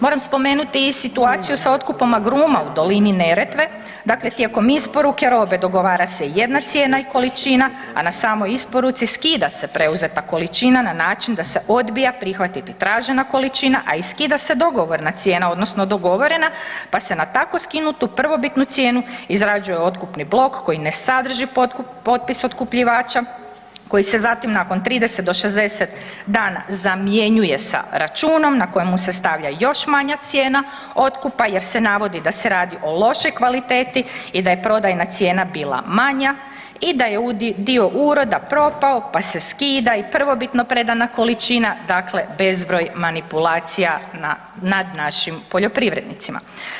Moram spomenuti i situaciju sa otkupom agruma u dolini Neretve, dakle tijekom isporuke robe dogovara se jedna cijena i količina a na samoj isporuci skida se preuzeta količina na način da se odbija prihvatiti tražena količina a i skida se dogovorna cijena odnosno dogovorena pa se na tako skinutu prvobitnu cijenu izrađuje otkupni blok koji ne sadrži potpis otkupljivača koji se zatim nakon 30 do 60 dana zamjenjuje sa računom na kojemu se stavlja još manja cijena otkupa jer se navodi da se radi o lošoj kvaliteti i da je prodajna cijena bila manja i da je dio uroda propao pa se skida i prvobitno predana količina, dakle bezbroj manipulacija nad našim poljoprivrednicima.